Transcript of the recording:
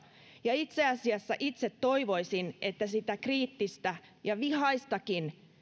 ja itse asiassa itse toivoisin että sitä kriittistä ja vihaistakin